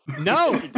No